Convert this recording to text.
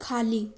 खाली